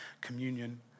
communion